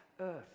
earth